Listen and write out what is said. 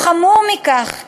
או חמור מכך,